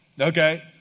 okay